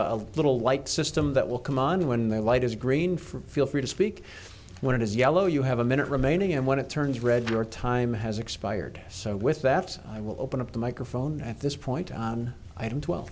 a little white system that will come on when the light is green for feel free to speak when it is yellow you have a minute remaining and when it turns red your time has expired so with that said i will open up the microphone at this point on item twelve